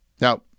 now